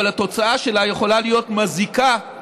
אבל התוצאה שלה יכולה להיות מזיקה יותר